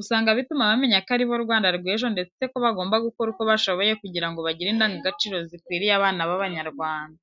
usanga bituma bamenya ko ari bo Rwanda rw'ejo ndetse ko bagomba gukora uko bashoboye kugira ngo bagire indangagaciro zikwiriye abana b'Abanyarwanda.